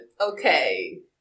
Okay